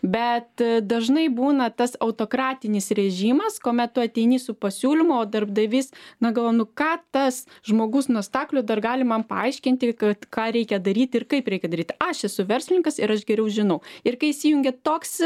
bet dažnai būna tas autokratinis režimas kuomet tu ateini su pasiūlymu o darbdavys na galvoja nu ką tas žmogus nuo staklių dar gali man paaiškinti kad ką reikia daryti ir kaip reikia daryti aš esu verslininkas ir aš geriau žinau ir kai įsijungia toks